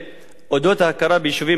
בדבר ההכרה ביישובים ערביים,